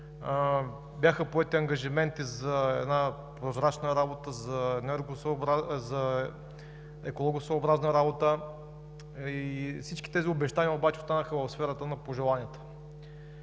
бяха поети ангажименти за прозрачна работа, за екологосъобразна работа. Всички тези обещания обаче останаха в сферата на пожеланията.